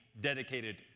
dedicated